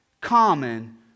common